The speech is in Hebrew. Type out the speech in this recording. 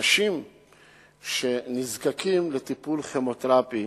שהאנשים שנזקקים לטיפול כימותרפי,